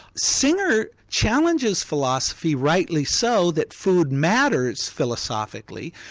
singer challenges philosophy, rightly so, that food matters philosophically,